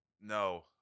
no